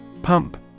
Pump